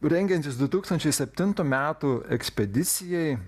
rengiantis du tūkstančiai septintų metų ekspedisijai